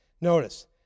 notice